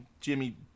Jimmy